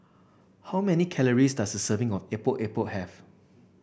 how many calories does a serving of Epok Epok have